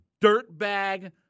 dirtbag